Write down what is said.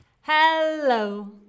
Hello